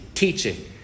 Teaching